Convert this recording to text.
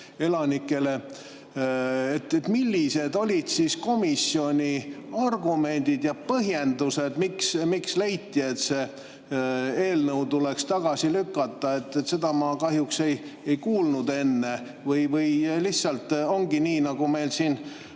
elanike jaoks. Millised olid komisjoni argumendid ja põhjendused, miks leiti, et see eelnõu tuleks tagasi lükata? Seda ma kahjuks ei kuulnud enne. Või lihtsalt ongi nii, nagu meil siin